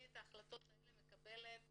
את ההחלטות האלה אני מקבלת